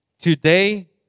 Today